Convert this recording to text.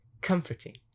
Comforting